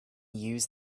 use